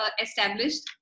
established